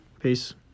peace